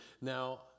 Now